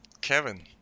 kevin